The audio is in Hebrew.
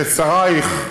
ששרייך,